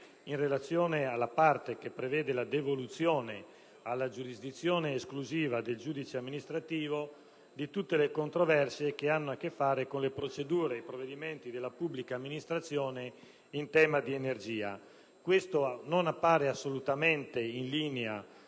in relazione alla parte che prevede la devoluzione alla giurisdizione esclusiva del giudice amministrativo di tutte le controversie che hanno a che fare con le procedure e i provvedimenti della pubblica amministrazione in tema di energia. Questo non appare assolutamente in linea